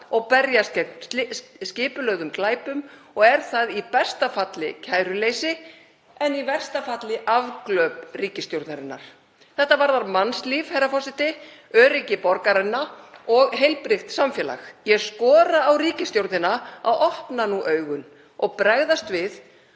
gegn skipulögðum glæpum. Er það í besta falli kæruleysi en í versta falli afglöp ríkisstjórnarinnar. Þetta varðar mannslíf, herra forseti, öryggi borgaranna og heilbrigt samfélag. Ég skora á ríkisstjórnina að opna augun og bregðast við